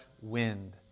wind